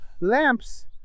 lamps